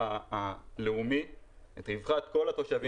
הלאומי לרווחת כל התושבים.